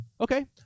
Okay